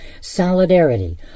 Solidarity